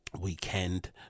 weekend